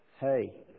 Hey